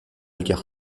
guerre